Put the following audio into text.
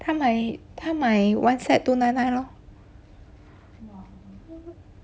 他买他买 one set two nine nine lor